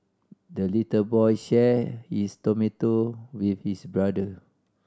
the little boy shared his tomato with his brother